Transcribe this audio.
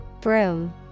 Broom